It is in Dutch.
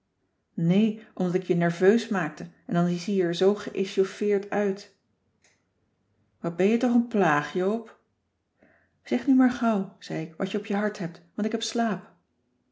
nee omdat ik je nerveus maakte en dan zie je er zoo geéchauffeerd uit wat ben je toch een plaag joop zeg nu maar gauw zei ik wat je op je hart hebt want ik heb slaap